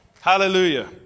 Hallelujah